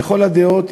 לכל הדעות,